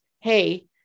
Hey